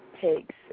takes